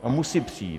A musí přijít.